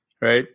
Right